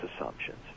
assumptions